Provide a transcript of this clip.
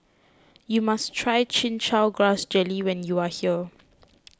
you must try Chin Chow Grass Jelly when you are here